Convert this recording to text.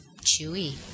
chewy